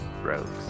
rogues